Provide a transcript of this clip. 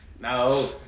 No